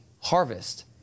harvest